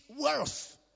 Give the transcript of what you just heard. worth